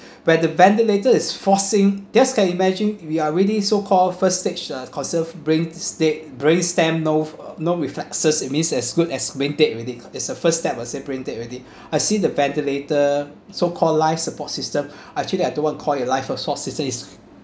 where the ventilator is forcing just can imagine we are really so call first stage uh conserve brain dead brain stem no uh no reflexes it means as good as man dead already it's a first step was that brain dead already I see the ventilator so called life support system actually I don't want call it life support system is